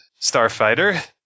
Starfighter